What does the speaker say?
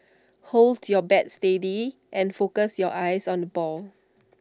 hold your bat steady and focus your eyes on the ball